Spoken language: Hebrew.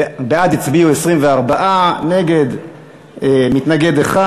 בעד הצביעו 24, מתנגד אחד.